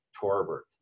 Torbert